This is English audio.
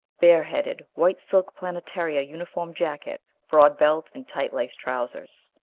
bareheaded, white silk planetara uniform jacket, broad belt and tight-laced trousers.